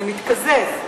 זה מתקזז.